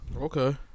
Okay